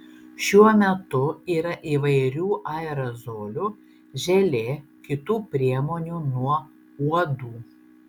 šiuo metu yra įvairių aerozolių želė kitų priemonių nuo uodų